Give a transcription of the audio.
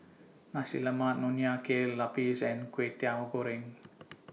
Nasi Lemak Nonya Kueh Lapis and Kwetiau Goreng